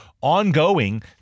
ongoing